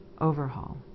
overhaul